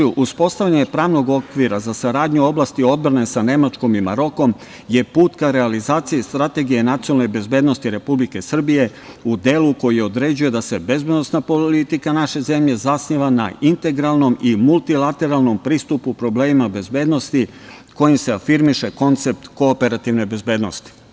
Uspostavljanje pravnog okvira za saradnju u oblasti odbrane sa Nemačkom i Marokom je put ka realizaciji strategije nacionalne bezbednosti Republike Srbije u delu koji određuje da se bezbednosna politika naše zemlje zasniva na integralnom i multilateralnom pristupu problemima bezbednosti kojim se afirmiše koncept kooperativne bezbednosti.